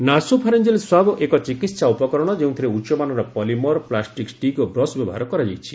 nasopharyngeal swab ଏକ ଚିକିତ୍ସା ଉପକରଣ ଯେଉଁଥିରେ ଉଚ୍ଚମାନର ପଲିମର ପ୍ଲାଷ୍ଟିକ୍ ଷ୍ଟିକ୍ ଓ ବ୍ରସ୍ ବ୍ୟବହାର କରାଯାଇଛି